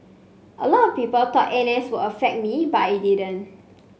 a lot of people thought N S would affect me but it didn't